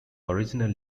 original